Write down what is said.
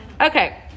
okay